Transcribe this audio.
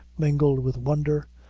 mingled with wonder,